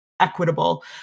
equitable